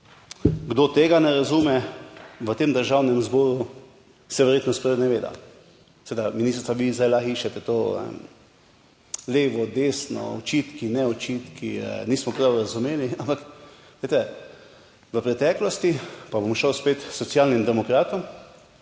Kdo tega ne razume v tem Državnem zboru se verjetno spreneveda, seveda ministrica, vi zdaj lahko iščete to levo, desno, očitki, ne očitki, nismo prav razumeli, ampak glejte v preteklosti, pa bom šel spet k Socialnim demokratom,